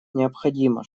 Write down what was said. необходимо